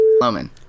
Loman